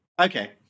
okay